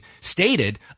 stated